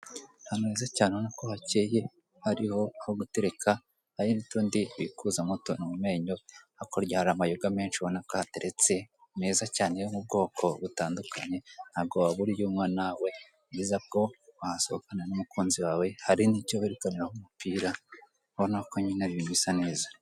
Ahantu heza cyane ubona ko hakeye hariho aho gutereka hari n'utundi bikuzamo utuntu mu menyo, hakurya hari amayoga menshi ubona ko hateretse ameza cyane yo mu bwoko butandukanye, ntabwo wabura iyo unywa nawe urabona ko wasohokana n'umukunzi wawe hari n'icyo barikaniraho umupira ubona ko nyine ibintu bisa neza.